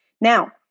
Now